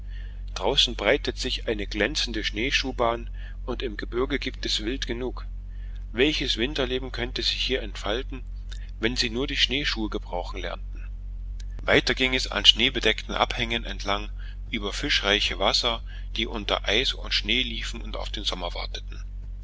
draußen breitet sich eine glänzende schneeschuhbahn und im gebirge gibt es wild genug welches winterleben könnte sich hier entfalten wenn sie nur die schneeschuhe gebrauchen lernten weiter ging es an schneebedeckten abhängen entlang über fischreiche wasser die unter eis und schnee schliefen und auf den sommer warteten